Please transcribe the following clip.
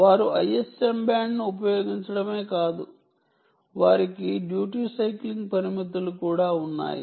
వారు ISM బ్యాండ్ను ఉపయోగించడమే కాదు వారికి డ్యూటీ సైక్లింగ్ పరిమితులు కూడా ఉన్నాయి